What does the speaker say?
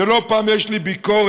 ולא פעם יש לי ביקורת,